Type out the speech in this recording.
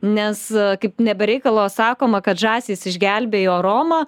nes kaip ne be reikalo sakoma kad žąsys išgelbėjo romą